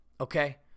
Okay